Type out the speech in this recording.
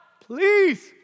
please